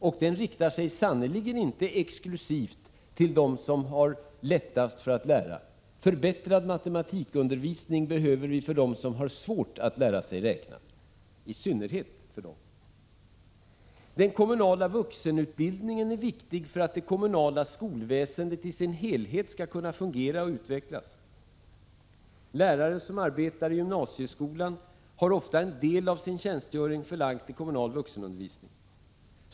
Och den riktar sig sannerligen inte exklusivt till dem som har lättast för att lära. Förbättrad matematikundervisning behöver vi för dem som har svårt att lära sig räkna —i synnerhet för dem! Den kommunala vuxenutbildningen är viktig för att det kommunala skolväsendet i sin helhet skall kunna fungera och utvecklas. Lärare som arbetar i gymnasieskolan har ofta en del av sin tjänstgöring förlagd till den kommunala vuxenundervisningen.